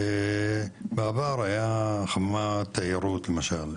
בעבר היה חומת תיירות למשל,